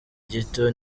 gito